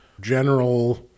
general